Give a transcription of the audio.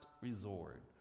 resort